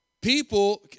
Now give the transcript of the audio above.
People